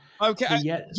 Okay